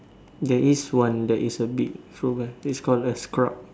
there is one there is a big show where it's called a scrub